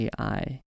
AI